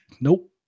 nope